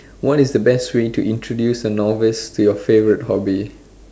what is the best way to introduce a novice to your favourite hobby